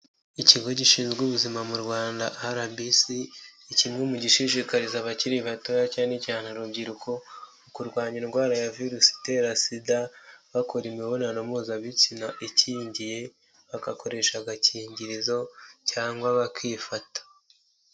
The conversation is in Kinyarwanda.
Ikigo gishinzwe ubuzima mu rwanda RBC ni kimwe mu gishishikariza abakiri batoya cyane cyane urubyiruko, kurwanya indwara ya virusi itera sida bakora imibonano mpuzabitsina ikingiye, bagakoresha agakingirizo cyangwa bakifata.